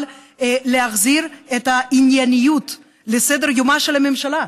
להחזיר את הענייניות לסדר-יומה של הממשלה.